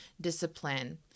discipline